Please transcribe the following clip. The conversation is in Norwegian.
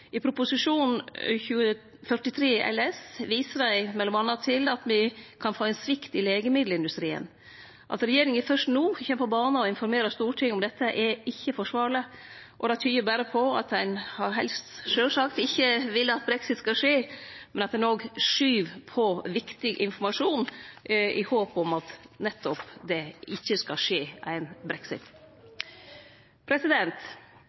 I Prop. 45 LS for 2018–2019 viser dei m.a. til at me kan få ein svikt i legemiddelindustrien. At regjeringa fyrst no kjem på bana og informerer Stortinget om dette, er ikkje forsvarleg, og det tyder på at ein sjølvsagt ikkje har vilja at brexit skulle skje, men at ein òg skuvar på viktig informasjon i håp om at det nettopp ikkje skal skje ein